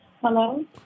Hello